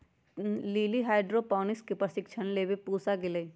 lily hydroponics के प्रशिक्षण लेवे पूसा गईलय